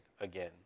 again